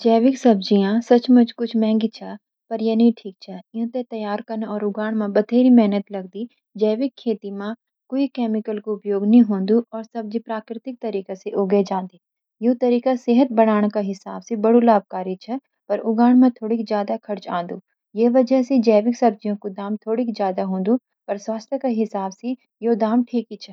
जैविक सब्जियां सचमुच कुछ महंगी चौं, पर यै नी ठिक चै। इनै तयार करन और उगाण माण काफी मेहनत लगदी। जैविक खेती माण बिना केमिकल का उपयोग ह्वेन्दु, और सब्जियां प्राकृतिक तरीकां से उगै जांदी। यै तरीका सेहत बळाण के हिसाब से बड़ै लाभकारी च, पर उगाण माण थोडिक ज्यादा खर्च आनी। यो करण जैविक सब्जियां कु दाम थोडिक ज्यादा होन्दु, पर स्वास्थ्य के हिसाब से यो दाम सही च।